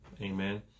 amen